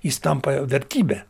jis tampa vertybe